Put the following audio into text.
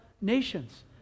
nations